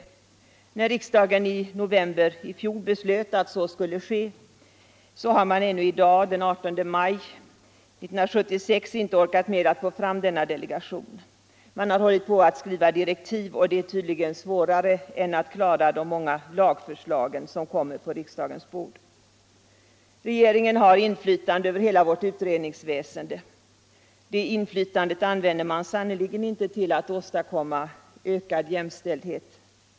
Trots att riksdagen i november i fjol beslöt att så skulle ske har man ännu i dag —- den 18 maj 1976 — inte orkat med att få fram denna utökade delegation. Man har hållit på med att skriva direktiv, och det är tydligen svårare än att klara de många lagförslag som kommer på riksdagens bord. Regeringen har inflytande över hela vårt utredningsväsende. Det inflytandet använder man sannerligen inte till att åstadkomma ökad jämställdhet.